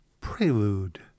Prelude